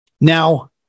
Now